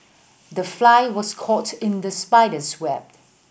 the fly was caught in the spider's web